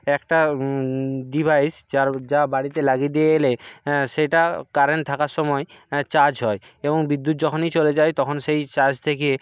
একটা ডিভাইস যার যা বাড়িতে লাগিয়ে দিয়ে এলে সেটা কারেন্ট থাকার সময় চার্জ হয় এবং বিদ্যুৎ যখনই চলে যায় তখন সেই চার্জ থেকে